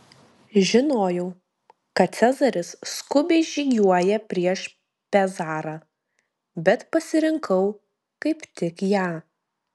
žinojau kad cezaris skubiai žygiuoja prieš pezarą bet pasirinkau kaip tik ją